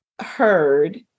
heard